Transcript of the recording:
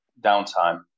downtime